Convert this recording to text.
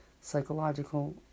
psychological